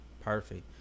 Perfect